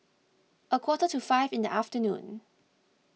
a quarter to five in the afternoon